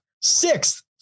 sixth